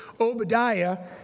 Obadiah